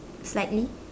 slightly